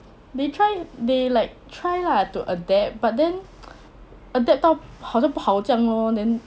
they try they like try lah to adapt but then adapt 到好像不好这样 lor then